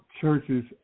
churches